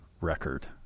record